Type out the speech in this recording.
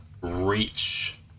reach